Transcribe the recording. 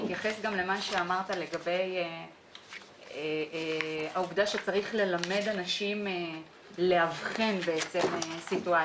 אני אתייחס גם למה שאמרת לגבי העובדה שצריך ללמד אנשים לאבחן סיטואציות.